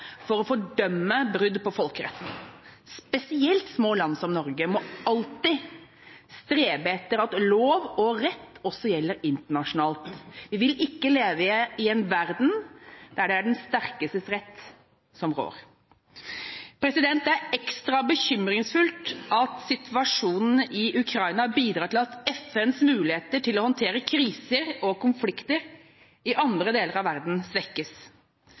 å fordømme brudd på folkeretten. Spesielt små land som Norge må alltid strebe etter at lov og rett også gjelder internasjonalt. Vi vil ikke leve i en verden der det er den sterkestes rett som rår. Det er ekstra bekymringsfullt at situasjonen i Ukraina bidrar til at FNs muligheter til å håndtere kriser og konflikter i andre deler av verden svekkes.